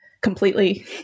completely